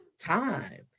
Time